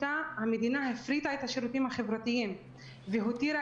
המדינה הפריטה את השירותים החברתיים והותירה